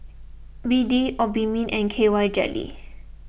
B D Obimin and K Y jelly